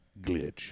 glitch